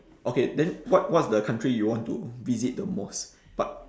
okay then what what's the country you want to visit the most but